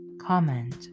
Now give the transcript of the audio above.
comment